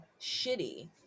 shitty